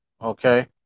Okay